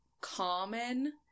common